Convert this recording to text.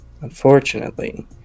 unfortunately